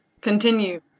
continue